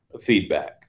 feedback